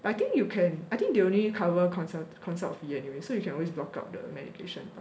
I think you can I think they only cover consult consult fee anyway so you can always block out the medication part